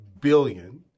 billion